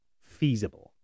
feasible